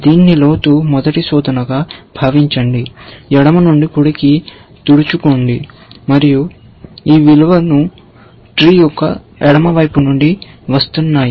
దీన్ని లోతు మొదటి శోధనగా భావించండి ఎడమ నుండి కుడికి తుడుచుకోండి మరియు ఈ విలువలు ట్రీ యొక్క ఎడమ వైపు నుండి వస్తున్నాయి